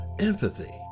empathy